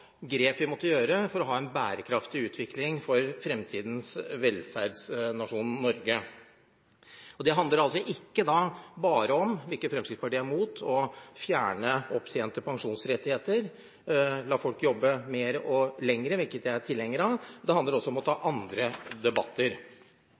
grep vi måtte gjøre for å ha en bærekraftig utvikling for fremtidens velferdsnasjon Norge. Det handler altså da ikke bare om – hvilket Fremskrittspartiet er imot – å fjerne opptjente pensjonsrettigheter, la folk jobbe mer og lenger – hvilket jeg er tilhenger av – det handler også om å ta